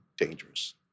dangerous